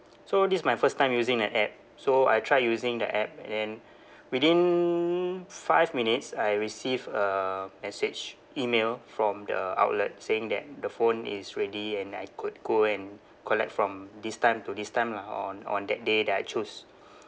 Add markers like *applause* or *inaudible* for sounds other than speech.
so this is my first time using that app so I try using that app and then *breath* within five minutes I received a message email from the outlet saying that the phone is ready and I could go and collect from this time to this time lah on on that day that I choose